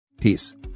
peace